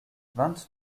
vingt